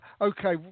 Okay